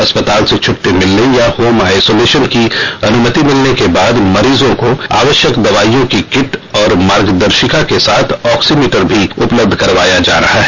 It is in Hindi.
अस्पताल से छट्टी मिलने या होम आइसोलेशन की अनुमति मिलने के बाद मरीजों को आवश्यक दवाइयों की किट और मार्गदर्शिका के साथ ऑक्सीमीटर भी उपलब्ध करवाया जा रहा है